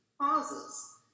pauses